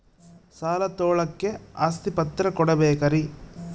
ಸಾಲ ತೋಳಕ್ಕೆ ಆಸ್ತಿ ಪತ್ರ ಕೊಡಬೇಕರಿ?